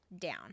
down